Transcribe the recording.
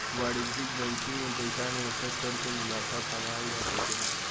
वाणिज्यिक बैंकिंग में पइसा निवेश कर के मुनाफा कमायेल जा सकेला